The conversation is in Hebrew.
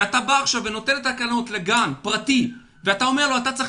ואתה בא עכשיו ונותן תקנות לגן פרטי ואתה אומר לו: אתה צריך